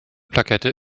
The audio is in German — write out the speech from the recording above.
plakette